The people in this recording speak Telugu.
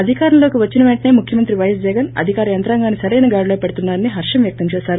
అధికారంలోకి వచ్చిన పెంటసే ముఖ్యమంత్రి పైఎస్ జగన్ అధికార యంత్రాంగాన్ని సరియైన గాడిలో పెడుతున్నా రనీ హర్షం వ్వక్తం చేసారు